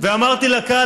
ואמרתי לקהל,